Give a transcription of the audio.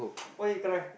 why you cry